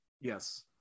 Yes